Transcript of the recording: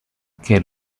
que